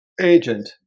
agent